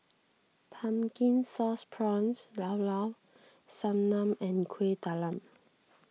Pumpkin Aauce Prawns Llao Llao Sanum and Kueh Talam